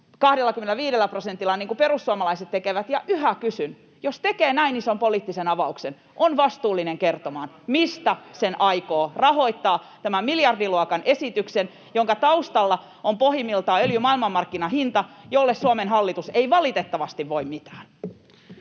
25 prosentilla, niin kuin perussuomalaiset tekevät. Yhä totean, että jos tekee näin ison poliittisen avauksen, on vastuullinen kertomaan, mistä sen aikoo rahoittaa, tämän miljardiluokan esityksen, jonka taustalla on pohjimmiltaan öljyn maailmanmarkkinahinta, jolle Suomen hallitus ei valitettavasti voi mitään.